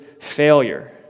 failure